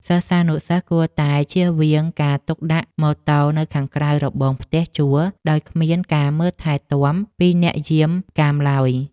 សិស្សានុសិស្សគួរតែចៀសវាងការទុកដាក់ម៉ូតូនៅខាងក្រៅរបងផ្ទះជួលដោយគ្មានការមើលថែទាំពីអ្នកយាមកាមឡើយ។